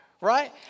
right